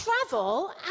travel